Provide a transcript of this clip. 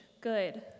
good